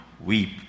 weep